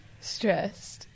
stressed